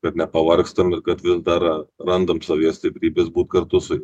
kad nepavargstam ir kad vis dar randam savyje stiprybės būt kartu su